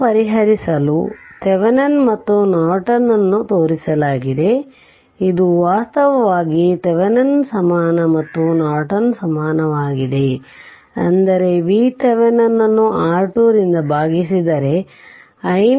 ಇದನ್ನು ಪರಿಶೀಲಿಸಲು ಥೆವೆನಿನ್ ಮತ್ತು ನಾರ್ಟನ್ ಅನ್ನು ತೋರಿಸಲಾಗಿದೆ ಇದು ವಾಸ್ತವವಾಗಿ ಥೆವೆನಿನ್ ಸಮಾನ ಮತ್ತು ಇದು ನಾರ್ಟನ್ ಸಮಾನವಾಗಿದೆ ಅಂದರೆVThevenin ಅನ್ನು R2 ರಿಂದ ಭಾಗಿಸಿದರೆ iNorton2